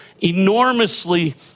enormously